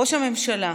ראש הממשלה,